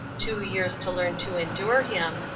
two years to learn to endure him,